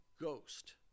ghost